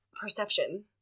perception